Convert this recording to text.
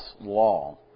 law